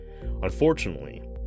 Unfortunately